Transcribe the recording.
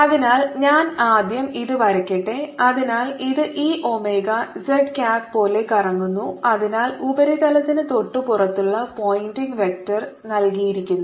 അതിനാൽ ഞാൻ ആദ്യം ഇത് വരയ്ക്കട്ടെ അതിനാൽ ഇത് ഈ ഒമേഗ z ക്യാപ് പോലെ കറങ്ങുന്നു അതിനാൽ ഉപരിതലത്തിന് തൊട്ട് പുറത്തുള്ള പോയിന്റിംഗ് വെക്റ്റർ നൽകിയിരിക്കുന്നു